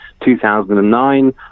2009